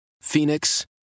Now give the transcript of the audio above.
Phoenix